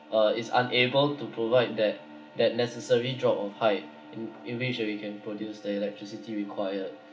uh is unable to provide that that necessary drop of height in in which that you can produce the electricity required